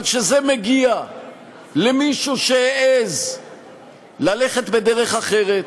אבל כשזה מגיע למישהו שהעז ללכת בדרך אחרת,